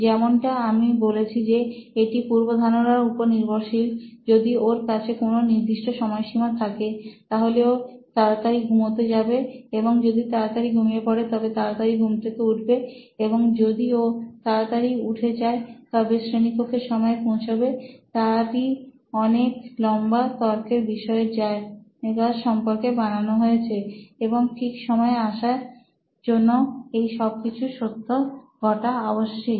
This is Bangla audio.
যেমনটা আমি বলেছি যে এটি পূর্ব ধারণার উপর নির্ভরশীল যদি ওর কাছে কোন নির্দিষ্ট সময়সীমা থাকে তাহলেও তাড়াতাড়ি ঘুমোতে যাবে এবং যদি তাড়াতাড়ি ঘুমিয়ে পড়ে তবে তাড়াতাড়ি ঘুম থেকে উঠবে এবং যদিও তাড়াতাড়ি উঠে যায় তবে শ্রেণীকক্ষে সময় পৌঁছবে তারই অনেক লম্বা তর্কের বিষয় জায়ের সম্পর্কে বানানো হয়েছে এবং ঠিক সময় আসার জন্য এই সবকিছুর সত্যি ঘটা আবশ্যিক